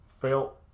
felt